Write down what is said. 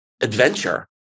adventure